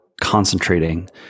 concentrating